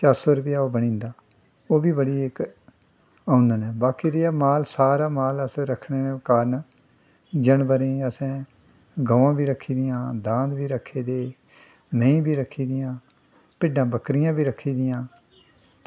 चार सौ रपेआ ओह् बनी जंदा ओह् बी बड़ी इक आमदन ऐ बाकी रेहा माल सारा माल अस रक्खने दे कारण जानवरें गी असें गवां बी रक्खी दियां दांद बी रक्खे दे मैहीं बी रक्खी दियां भिड्डां बक्करियां बी रक्खी दियां